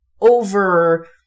over